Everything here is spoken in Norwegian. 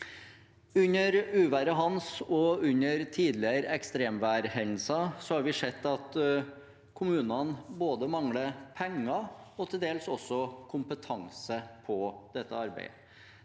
Under uværet Hans og under tidligere ekstremværhendelser har vi sett at kommunene mangler både penger og til dels også kompetanse på dette arbeidet.